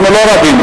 אנחנו לא רבים,